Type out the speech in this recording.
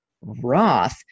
Roth